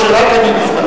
שלוש דקות שרק אני בזבזתי.